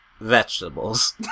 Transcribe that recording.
vegetables